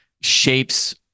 shapes